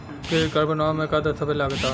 Credit card बनवावे म का का दस्तावेज लगा ता?